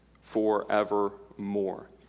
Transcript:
forevermore